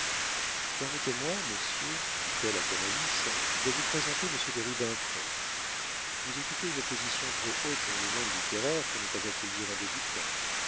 permettez-moi monsieur dit-elle à canalis de vous présenter monsieur de rubempré vous occupez une position trop haute dans le monde littéraire pour ne pas accueillir un débutant